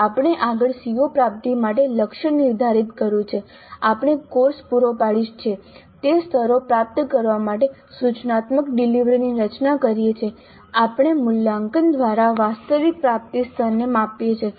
આપણે આગળ CO પ્રાપ્તિ માટે લક્ષ્ય નિર્ધારિત કર્યું છે આપણે કોર્સ પૂરો પાડીએ છીએ તે સ્તરો પ્રાપ્ત કરવા માટે સૂચનાત્મક ડિલિવરીની રચના કરીએ છીએ આપણે મૂલ્યાંકન દ્વારા વાસ્તવિક પ્રાપ્તિ સ્તરને માપીએ છીએ